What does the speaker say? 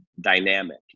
dynamic